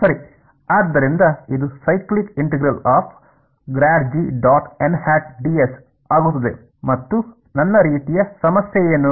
ಸರಿ ಆದ್ದರಿಂದ ಇದು ಆಗುತ್ತದೆ ಮತ್ತು ನನ್ನ ರೀತಿಯ ಸಮಸ್ಯೆ ಏನು